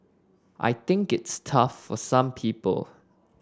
I think it's tough for some people